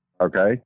Okay